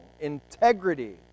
integrity